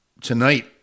tonight